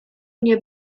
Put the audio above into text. nie